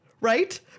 Right